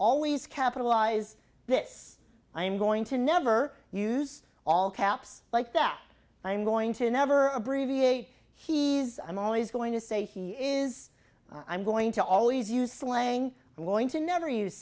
always capitalize this i'm going to never use all caps like that but i'm going to never abbreviate he is i'm always going to say he is i'm going to always use slang i'm going to never use